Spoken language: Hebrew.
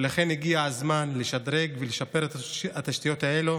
הגיע הזמן לשדרג ולשפר את התשתיות האלה